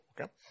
okay